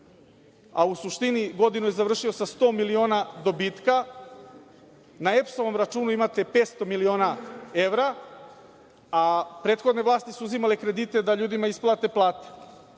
a u suštini godinu je završio sa 100 miliona dobitka. Na EPS računu imate 500 miliona evra, a prethodne vlasti su uzimale kredite da ljudima isplate plate.